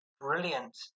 brilliant